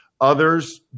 Others